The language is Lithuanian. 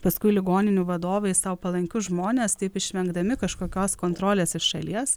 paskui ligoninių vadovai sau palankius žmones taip išvengdami kažkokios kontrolės iš šalies